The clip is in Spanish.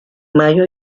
mayo